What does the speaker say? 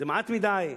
זה מעט מדי,